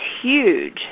huge